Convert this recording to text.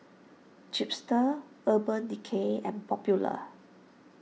Chipster Urban Decay and Popular